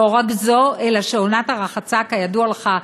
לא רק זו אלא שעונת הרחצה, כידוע לך,